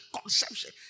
conception